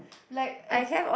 like and